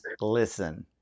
listen